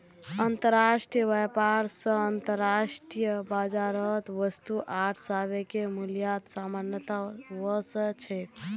अंतर्राष्ट्रीय व्यापार स अंतर्राष्ट्रीय बाजारत वस्तु आर सेवाके मूल्यत समानता व स छेक